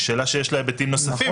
היא שאלה שיש לה היבטים נוספים,